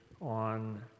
on